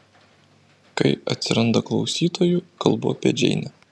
kai atsiranda klausytojų kalbu apie džeinę